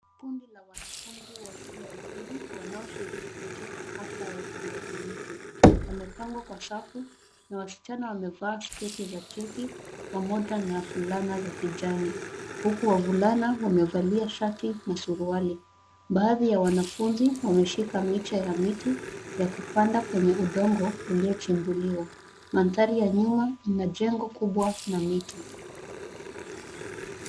Kundi la wanafunzi wa shule ya upili wanaoshiriki katika hafla ya upandaji miti wamepangwa kwa safu na wasichana wamevaa sketi za cheki pamoja na fulana za kijani huku wavulana wamevalia shati na suruali. Baadhi ya wanafunzi wameshika miche ya miti ya kupanda kwenye udongo uliochimbuliwa. mandhari ya nyuma ina jengo kubwa na miti.